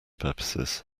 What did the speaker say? purposes